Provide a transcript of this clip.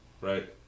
right